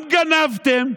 גם גנבתם,